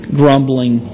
grumbling